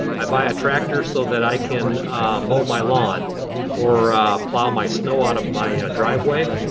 i buy a tractor so that i can mow my lawn or plow my snow out of my driveway.